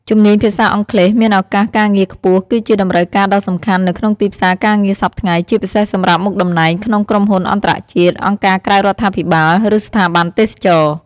ជំនាញភាសាអង់គ្លេសមានឱកាសការងារខ្ពស់គឺជាតម្រូវការដ៏សំខាន់នៅក្នុងទីផ្សារការងារសព្វថ្ងៃ ជាពិសេសសម្រាប់មុខតំណែងក្នុងក្រុមហ៊ុនអន្តរជាតិ អង្គការក្រៅរដ្ឋាភិបាល ឬស្ថាប័នទេសចរណ៍។